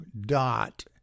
dot